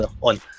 on